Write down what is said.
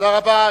תודה רבה.